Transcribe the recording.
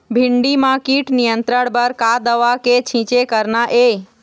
भिंडी म कीट नियंत्रण बर का दवा के छींचे करना ये?